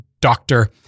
Doctor